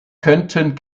könnten